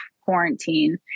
quarantine